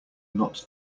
not